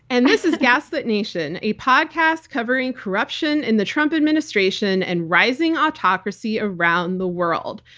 and this is gaslit nation, a podcast covering corruption in the trump administration and rising autocracy around the world.